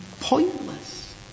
pointless